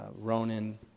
Ronan